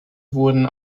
wurden